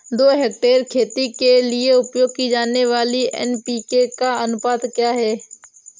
दो हेक्टेयर खेती के लिए उपयोग की जाने वाली एन.पी.के का अनुपात क्या है?